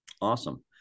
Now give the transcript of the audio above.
awesome